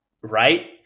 right